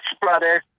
brother